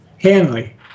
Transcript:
Hanley